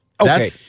okay